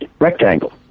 rectangle